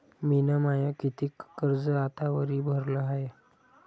मिन माय कितीक कर्ज आतावरी भरलं हाय?